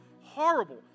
horrible